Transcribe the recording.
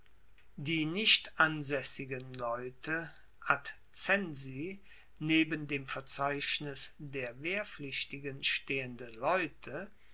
die nicht ansaessigen leute adcensi neben dem verzeichnis der wehrpflichtigen stehende leute